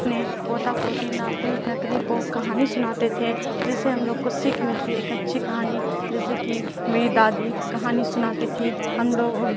اپنے پوتا پوتی ناتی نتنی کو کہانی سناتے تھے جسے ہم لوگ کو سیکھ ملتی ہے ایک اچھی کہانی جیسے کہ میری دادی کہانی سناتی تھی ہم لوگ